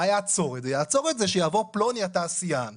יעצור את זה שיבוא פלוני התעשיין,